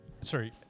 sorry